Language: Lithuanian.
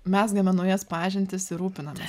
mezgame naujas pažintis ir rūpinamės